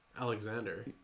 Alexander